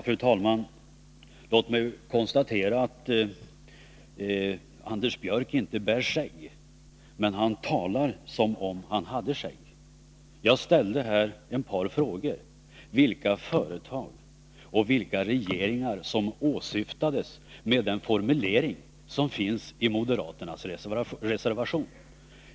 Fru talman! Låt mig konstatera att Anders Björck inte bär skägg, men han talar som om han hade skägg. Jag ställde här ett par frågor om vilka företag och vilka regeringar som åsyftades med den formulering som finns i moderaternas reservation.